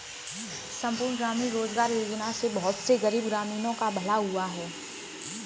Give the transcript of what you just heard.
संपूर्ण ग्रामीण रोजगार योजना से बहुत से गरीब ग्रामीणों का भला भी हुआ है